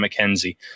McKenzie